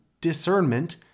discernment